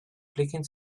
clicking